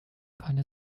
keine